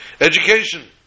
Education